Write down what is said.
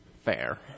Fair